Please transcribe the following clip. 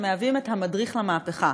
שהם את המדריך למהפכה.